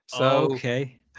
Okay